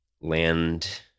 land